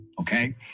okay